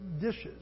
dishes